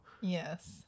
yes